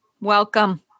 Welcome